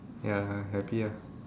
ya happy lah